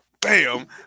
Bam